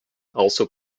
also